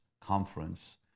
Conference